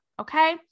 Okay